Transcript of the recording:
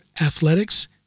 athletics